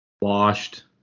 washed